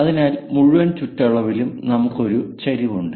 അതിനാൽ മുഴുവൻ ചുറ്റളവിലും നമുക്ക് ഒരു ചരിവുണ്ട്